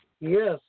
Yes